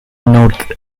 notes